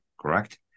correct